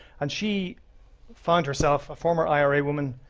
and she found herself, a former ira woman,